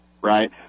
right